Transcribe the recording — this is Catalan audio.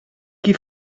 qui